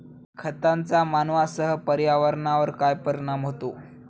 खतांचा मानवांसह पर्यावरणावर काय परिणाम होतो?